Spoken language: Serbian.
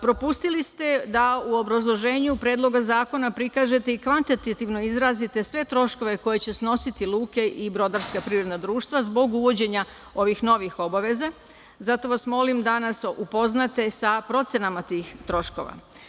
Propustili ste da u obrazloženju Predloga zakona prikažete i kvantitativno izrazite sve troškove koje će snositi luke i brodarska privredna društva zbog uvođenja ovih novih obaveza, zato vas molim da nas upoznate sa procenama tih troškova.